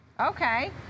Okay